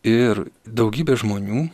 ir daugybė žmonių